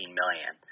million